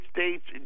States